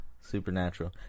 Supernatural